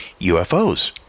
UFOs